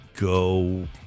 go